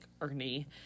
Ernie